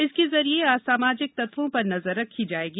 इसके जरिए असामाजिक तत्वों पर नजर रखी जायेगी